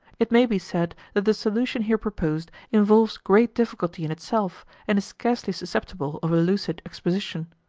it may be said that the solution here proposed involves great difficulty in itself and is scarcely susceptible of a lucid exposition.